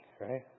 right